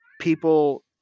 people